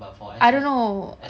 I don't know